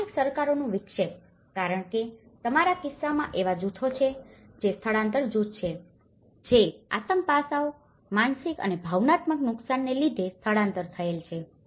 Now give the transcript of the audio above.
સ્થાનિક સરકારોનું વિક્ષેપ કારણ કે તમામ કિસ્સાઓમાં એવા જૂથો છે જે સ્થળાંતર જૂથો છે જે આતંક પાસાઓ માનસિક અને ભાવનાત્મક નુકસાનને લીધે સ્થળાંતર થયેલ છે